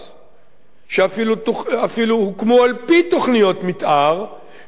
שהוקמו על-פי תוכניות מיתאר שלא אושרו סופית,